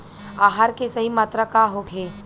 आहार के सही मात्रा का होखे?